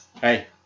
Hey